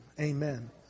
Amen